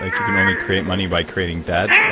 like you can only create money by creating debt,